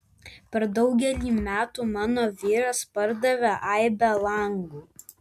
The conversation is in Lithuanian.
per daugelį metų mano vyras pardavė aibę langų